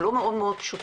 הם לא מאוד מאוד פשוטים.